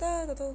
entah tak tahu